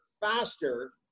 faster